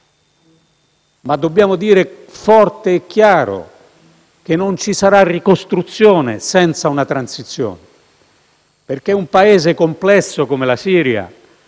Ma dobbiamo dire forte e chiaro che non ci sarà ricostruzione senza una transizione, perché un Paese complesso come la Siria,